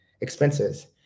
expenses